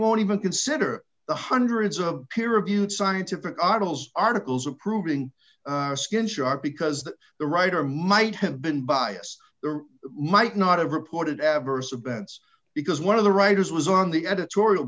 won't even consider the hundreds of peer reviewed scientific articles articles approving skin sharp because that the writer might have been biased there might not have reported adverse events because one of the writers was on the editorial